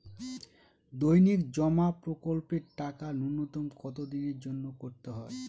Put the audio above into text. দৈনিক জমা প্রকল্পের টাকা নূন্যতম কত দিনের জন্য করতে হয়?